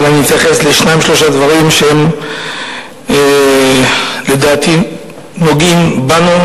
אבל אני אתייחס לשניים-שלושה דברים שלדעתי נוגעים בנו,